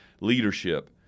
leadership